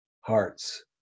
heart's